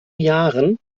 jahren